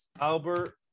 Albert